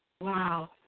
Wow